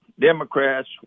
Democrats